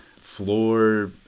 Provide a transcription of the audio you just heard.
Floor